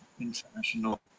international